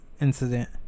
incident